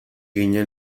ginen